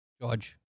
George